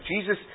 Jesus